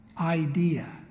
idea